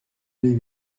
les